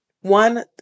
One